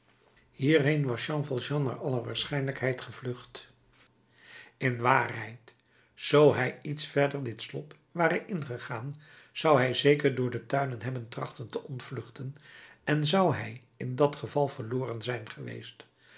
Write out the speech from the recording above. was jean valjean naar alle waarschijnlijkheid gevlucht in waarheid zoo hij iets verder dit slop ware ingegaan zou hij zeker door de tuinen hebben trachten te ontvluchten en zou hij in dat geval verloren zijn geweest